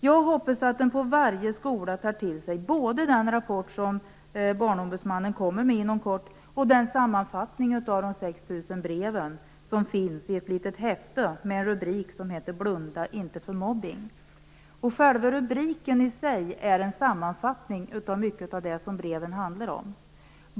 Jag hoppas att man på varje skola tar till sig både den rapport som Barnombudsmannen inom kort kommer med och den sammanfattning av de 6 000 brev som finns i ett litet häfte under rubriken Blunda inte för mobbning. Rubriken i sig är en sammanfattning av mycket av det som breven handlar om.